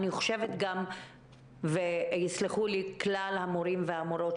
אני חושבת ויסלחו לי כלל המורים והמורות,